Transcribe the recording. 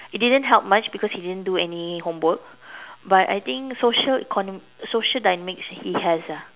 it didn't help much because he didn't do any homework but I think social econom~ social dynamics he has ah